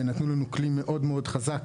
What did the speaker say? ונתנו לנו כלי מאוד חזק